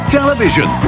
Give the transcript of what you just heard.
television